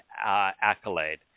accolade